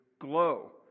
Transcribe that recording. glow